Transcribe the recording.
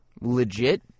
Legit